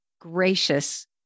gracious